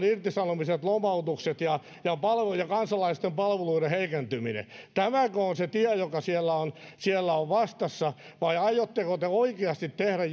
irtisanomiset lomautukset ja kansalaisten palveluiden heikentyminen tämäkö on se tie joka siellä on siellä on vastassa vai aiotteko te oikeasti tehdä